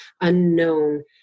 unknown